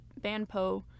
Banpo